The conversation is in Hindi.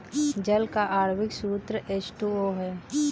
जल का आण्विक सूत्र एच टू ओ है